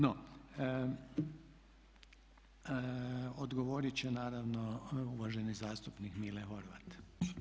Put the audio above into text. No, odgovorit će naravno uvaženi zastupnik Mile Horvat.